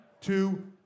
two